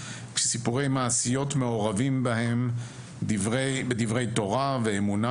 כשסיפורי מעשיות מעורבים בהם בדברי תורה ואמונה